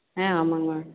ஆ ஆமாங்க மேம்